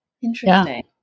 Interesting